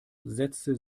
setzte